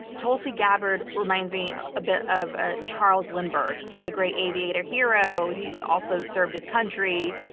tulsi gabbard reminds me ah a bit of ah charles lindbergh, the great aviator hero. he also served his country,